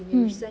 mm